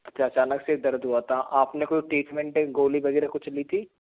अच्छा अचानक से दर्द हुआ था आपने कोई ट्रीटमेंटे गोली वगैरह कुछ ली थी